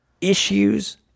issues